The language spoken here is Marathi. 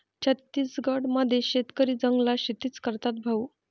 छत्तीसगड मध्ये शेतकरी जंगलात शेतीच करतात भाऊ